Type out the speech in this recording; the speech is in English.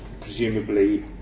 presumably